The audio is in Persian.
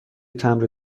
تمبر